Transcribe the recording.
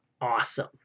awesome